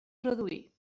reduir